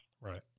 Right